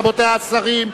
רבותי השרים,